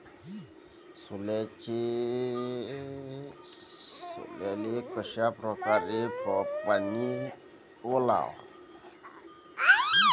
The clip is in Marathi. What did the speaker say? सोल्याले कशा परकारे पानी वलाव?